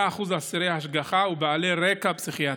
8% אסירי השגחה ובעלי רקע פסיכיאטרי,